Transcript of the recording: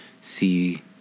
see